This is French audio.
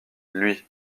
lui